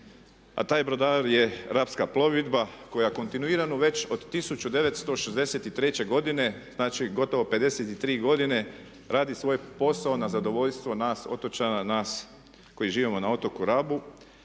A taj brodar je Rapska plovidba koja kontinuirano već od 1963.godine znači gotovo 53 godine radi svoj posao na zadovoljstvo nas otočana, nas koji živimo na otoku Rabu.